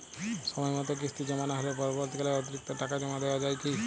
সময় মতো কিস্তি জমা না হলে পরবর্তীকালে অতিরিক্ত টাকা জমা দেওয়া য়ায় কি?